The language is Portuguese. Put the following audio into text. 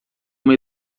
uma